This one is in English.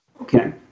Okay